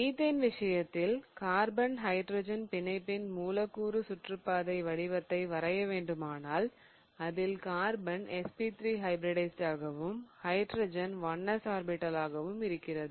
methane விஷயத்தில் carbon hydrogen பிணைப்பின் மூலக்கூறு சுற்றுப்பாதை வரைபடத்தை வரைய வேண்டுமானால் அதில் கார்பன் sp2 ஹைபிரிடைஸிடாகவும் ஹைட்ரஜன் 1s ஆர்பிடலாகவும் இருக்கிறது